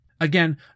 Again